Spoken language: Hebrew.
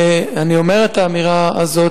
ואני אומר את האמירה הזאת,